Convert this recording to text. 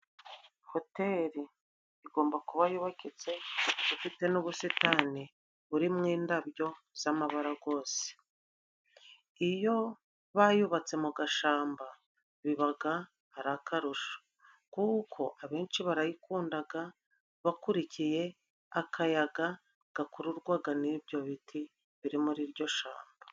Hoteli igomba kuba yubakitse ifite n'ubusitani buri mo indabyo z'amabara gwose. Iyo bayubatse mu gashamba bibaga ari akarusho. Kuko abenshi barayikundaga bakurikiye akayaga gakururwaga n'ibyo biti biri muri iryo shamba.